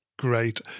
Great